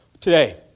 today